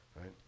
Right